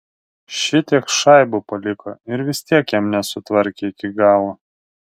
šitiek šaibų paliko ir vis tiek jam nesutvarkė iki galo